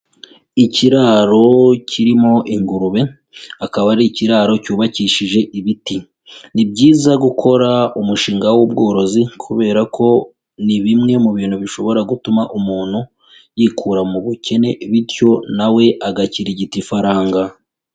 Ikiraro kirimo ingurube akaba ari ikiraro cyubakishije ibiti, ni byiza gukora umushinga w'ubworozi kubera ko ni bimwe mu bintu bishobora gutuma umuntu yikura mu bukene bityo na we we agakirigita ifaranga.